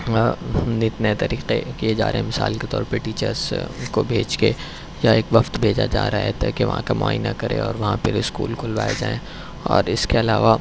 نت نئے طریقے کیے جا رہے ہیں مثال کے طور پہ ٹیچرس کو بھیج کے یا ایک وفد بھیجا جا رہا ہے تاکہ وہاں کا معائینہ کرے اور وہاں پر اسکول کھلوائے جائیں اور اس کے علاوہ